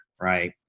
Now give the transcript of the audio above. right